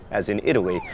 as in italy.